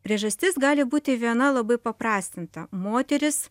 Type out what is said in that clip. priežastis gali būti viena labai paprastinta moteris